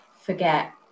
forget